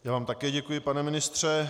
Já vám také děkuji, pane ministře.